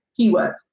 keywords